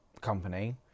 company